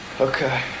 Okay